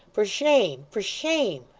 for shame. for shame